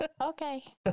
Okay